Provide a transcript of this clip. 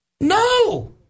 No